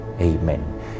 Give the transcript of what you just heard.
Amen